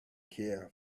care